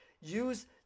use